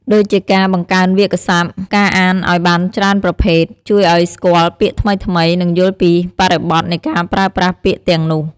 ដូចជាការ បង្កើនវាក្យសព្ទ ការអានឱ្យបានច្រើនប្រភេទ ជួយឱ្យស្គាល់ពាក្យថ្មីៗ និងយល់ពីបរិបទនៃការប្រើប្រាស់ពាក្យទាំងនោះ។